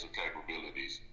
capabilities